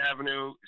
Avenue